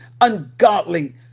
ungodly